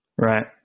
Right